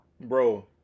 Bro